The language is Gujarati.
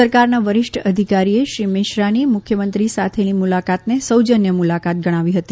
સરકારના વરિષ્ઠ અધિકારીએ શ્રી મિશ્રાની મુખ્યમંત્રી સાથેની મુલાકાતને સૌજન્ય મુલાકાત ગણાવી હતી